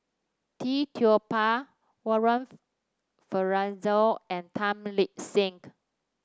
Tee Tua Ba Warren Fernandez and Tan Lip Senk